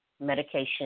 medication